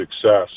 success